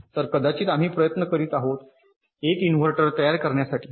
तर कदाचित आम्ही प्रयत्न करीत आहोत एक इन्व्हर्टर तयार करण्यासाठी